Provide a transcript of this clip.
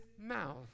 mouth